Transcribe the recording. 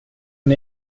and